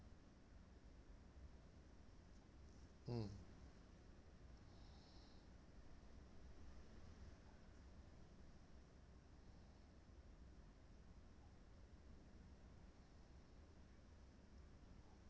mm